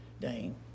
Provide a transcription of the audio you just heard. Dane